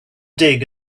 dig